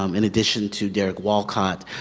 um in addition to derek walcott,